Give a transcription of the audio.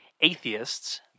atheists